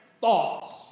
thoughts